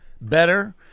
better